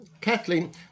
Kathleen